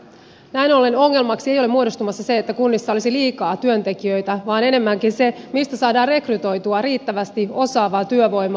näin ollen ongelmaksi ei ole muodostumassa se että kunnissa olisi liikaa työntekijöitä vaan enemmänkin se mistä saadaan rekrytoitua riittävästi osaavaa työvoimaa